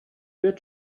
wird